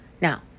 Now